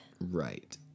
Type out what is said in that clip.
Right